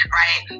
right